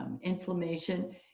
inflammation